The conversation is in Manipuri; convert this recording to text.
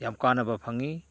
ꯌꯥꯝ ꯀꯥꯟꯅꯕ ꯐꯪꯏ